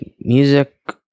Music